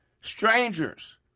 strangers